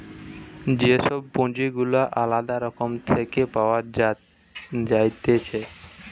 যে সব পুঁজি গুলা আলদা রকম থেকে পাওয়া যাইতেছে